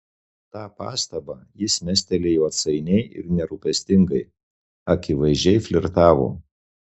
tą pastabą jis mestelėjo atsainiai ir nerūpestingai akivaizdžiai flirtavo